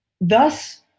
Thus